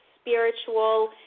spiritual